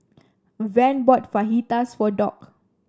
Van bought Fajitas for Dock